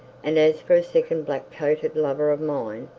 and as for a second black-coated lover of mine,